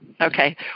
Okay